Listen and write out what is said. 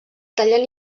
tallen